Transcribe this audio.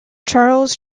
charles